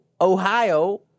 Ohio